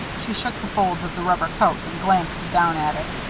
she shook the folds of the rubber coat, and glanced down at it.